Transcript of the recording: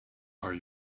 are